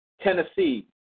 Tennessee